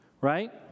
right